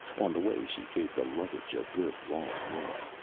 on the way, she gave the luggage a good long look.